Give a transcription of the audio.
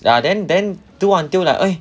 ya then then do until like eh